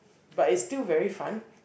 but it's still very fun